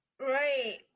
Right